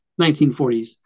1940s